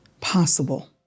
possible